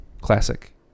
Classic